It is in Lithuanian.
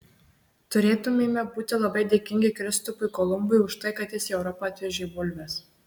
turėtumėme būti labai dėkingi kristupui kolumbui už tai kad jis į europą atvežė bulves